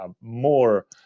more